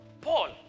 Paul